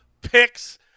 picks